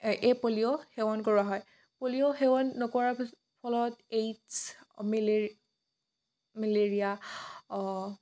এই পলিঅ' সেৱন কৰোৱা হয় পলিঅ' সেৱন নকৰাৰ ফলত এইডচ মেলে মেলেৰীয়া অঁ